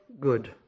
good